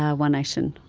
ah one nation,